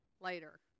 later